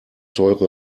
teure